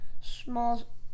small